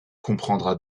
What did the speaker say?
comprendra